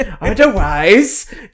Otherwise